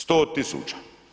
100 tisuća.